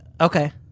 Okay